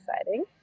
exciting